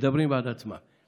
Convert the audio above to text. הם מדברים בעד עצמם.